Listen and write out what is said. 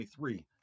2023